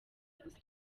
gusa